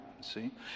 See